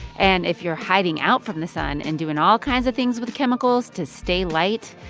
and if you're hiding out from the sun and doing all kinds of things with chemicals to stay light,